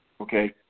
Okay